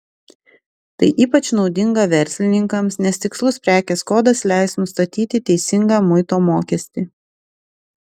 tai ypač naudinga verslininkams nes tikslus prekės kodas leis nustatyti teisingą muito mokestį